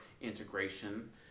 integration